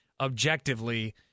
objectively